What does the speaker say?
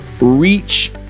reach